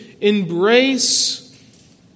embrace